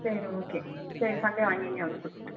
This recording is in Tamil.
சரி ஓகே சரி சண்டே வாங்கிங்க வந்து கொடுத்துட்டு